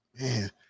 man